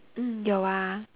mm 有 ah